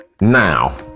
Now